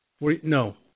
No